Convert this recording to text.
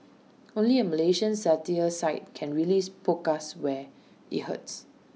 only A Malaysian satire site can really poke us where IT hurts